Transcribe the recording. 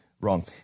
Wrong